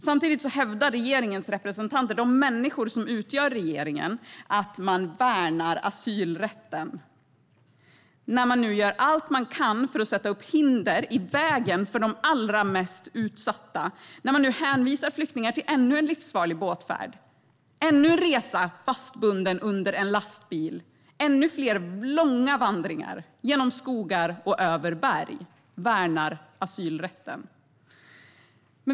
Samtidigt hävdar regeringens representanter, de människor som utgör regeringen, att de värnar asylrätten när man nu gör allt man kan för att sätta upp hinder i vägen för de allra mest utsatta, när man nu hänvisar flyktingar till ännu en livsfarlig båtfärd, ännu en resa fastbunden under en lastbil och ännu fler långa vandringar genom skogar och över berg. De värnar asylrätten.